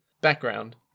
background